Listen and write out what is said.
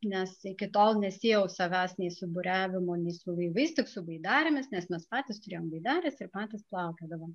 nes iki tol nesiejau savęs nei su buriavimu nei su laivais tik su baidarėmis nes mes patys turėjom baidares ir patys plaukiodavom